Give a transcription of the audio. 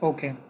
Okay